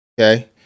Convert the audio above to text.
Okay